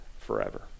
forever